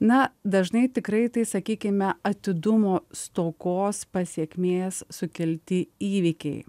na dažnai tikrai tai sakykime atidumo stokos pasekmės sukelti įvykiai